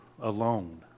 alone